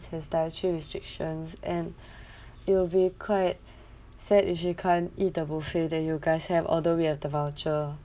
has dietary restrictions and it will be quite sad if she can't eat the buffet that you guys have although we have the voucher